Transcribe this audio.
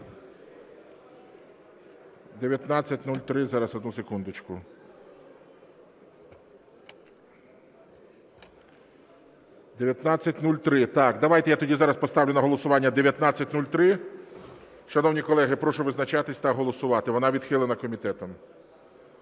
1903. Зараз, одну секундочку. 1903. Так, давайте я тоді зараз поставлю на голосування 1903. Шановні колеги, прошу визначатись та голосувати. Вона відхилена комітетом.